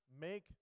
make